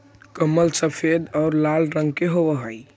कमल सफेद और लाल रंग के हवअ हई